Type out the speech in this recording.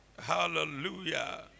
Hallelujah